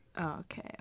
okay